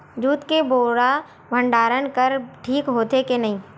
Jute के बोरा भंडारण बर ठीक होथे के नहीं?